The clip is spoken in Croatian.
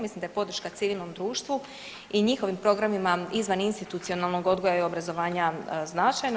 Mislim da je podrška civilnom društvu i njihovim programima izvaninstitucionalnog odgoja i obrazovanja značajna.